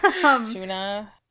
Tuna